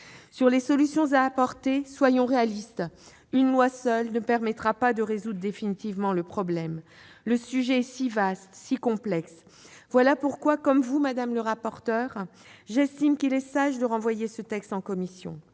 les solutions à apporter, soyons réalistes : une loi seule ne permettra pas de résoudre définitivement ce problème. Le sujet est si vaste, si complexe ! Voilà pourquoi, comme vous, madame le rapporteur, j'estime qu'il est sage de renvoyer ce texte à la commission.